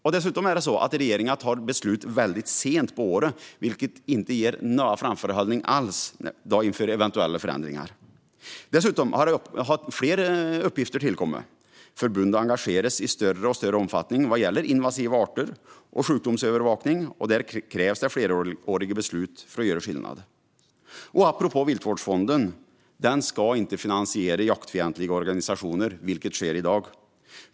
Regeringen fattar även beslutet väldigt sent på året, vilket inte ger någon framförhållning inför eventuella förändringar. Dessutom har fler uppgifter tillkommit. Förbundet engageras i allt större omfattning vad gäller invasiva arter och sjukdomsövervakning. Det krävs fleråriga beslut för att göra skillnad. Apropå Viltvårdsfonden: Den ska inte finansiera jaktfientliga organisationer, vilket sker i dag.